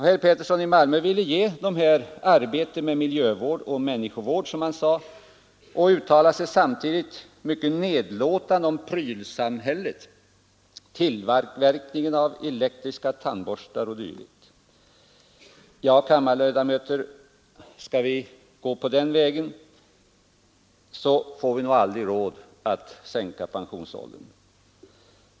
Herr Pettersson i Malmö ville ge dem arbete med miljövård och människovård, som han sade, och uttalade sig samtidigt mycket nedlåtande om prylsamhället, tillverkningen av elektriska tandborstar o.d. Ja, kammarledamöter, skall vi gå den vägen får vi nog aldrig råd att sänka pensionsåldern.